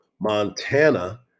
Montana